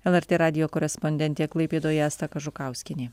lrt radijo korespondentė klaipėdoje asta kažukauskienė